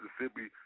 Mississippi